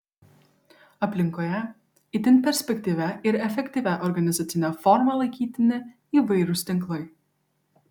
aplinkoje itin perspektyvia ir efektyvia organizacine forma laikytini įvairūs tinklai